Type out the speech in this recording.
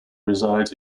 resides